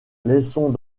laissons